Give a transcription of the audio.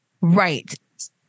Right